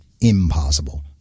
impossible